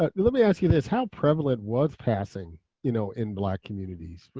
ah let me ask you this, how prevalent was passing you know in black communities,